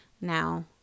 Now